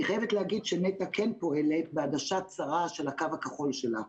אני חייבת להגיד שנת"ע כן פועלת בהגשה צרה של הקו הכחול שלה.